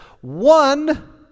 One